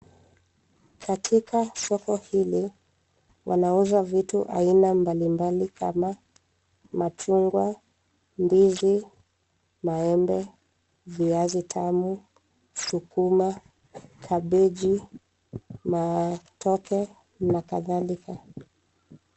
Katika soko hili wanauza vitu mbalimbali kama machungwa, ndizi, maembe, viazi tamu, sukuma, kabeji, matoke na kadhalika .